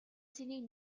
цэнийг